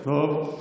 טוב.